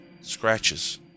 Scratches